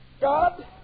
God